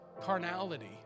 carnality